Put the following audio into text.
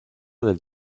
del